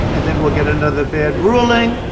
and then we'll get another bad ruling,